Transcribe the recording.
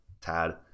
Tad